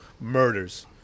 murders